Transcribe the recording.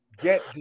Get